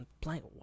blank